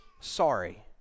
sorry